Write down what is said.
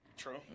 true